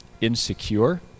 insecure